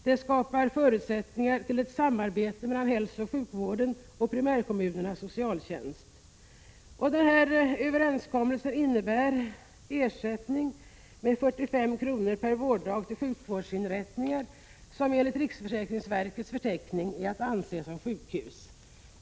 Det skapar förutsättningar för ett samarbete mellan hälsooch sjukvården och primärkommunernas socialtjänst. Överenskommelsen innebär ersättning med 45 kr. per vårddag till sjukvårdsinrättningar som enligt riksförsäkringsverkets förteckning är att anse som sjukhus.